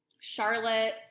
Charlotte